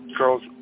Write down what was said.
girls